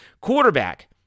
Quarterback